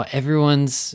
everyone's